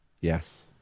Yes